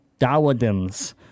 Dawadims